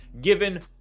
given